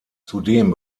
zudem